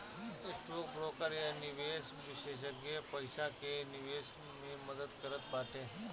stock broker या निवेश विषेशज्ञ पईसा के निवेश मे मदद करत बाटे